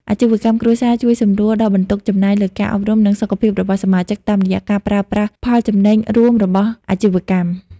អាជីវកម្មគ្រួសារជួយសម្រួលដល់បន្ទុកចំណាយលើការអប់រំ និងសុខភាពរបស់សមាជិក តាមរយៈការប្រើប្រាស់ផលចំណេញរួមរបស់អាជីវកម្ម។